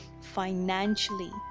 financially